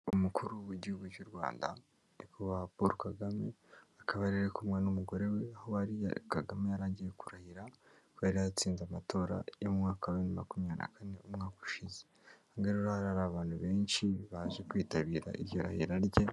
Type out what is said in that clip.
Umukuru w'Igihugu cy'u Rwanda nyakubawa KAGAME Paul akaba yari ari kumwe n'umugore we, KAGAME yari agiye kurahira ko yari yatsinze amatora y'umwaka wa bibiri na makumyabiri na kane, umwaka ushize, ahongaho rero hari abantu benshi baje kwitabira iryo rahira rye.